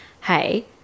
Hey